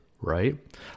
Right